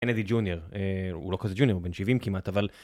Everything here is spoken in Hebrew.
קנדי ג'וניור. הוא לא כזה ג'וניור, הוא בן 70 כמעט, אבל...